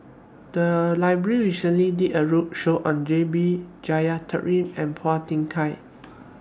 The Library recently did A roadshow on J B Jeyaretnam and Phua Thin Kiay